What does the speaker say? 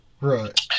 Right